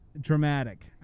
Dramatic